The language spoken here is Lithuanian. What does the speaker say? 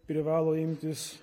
privalo imtis